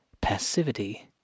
passivity